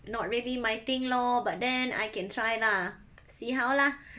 not really my thing lor but then I can try lah see how lah